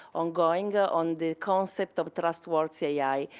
ongoing, on the concept of trustworthy ai.